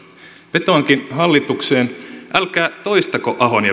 vetoankin hallitukseen älkää toistako ahon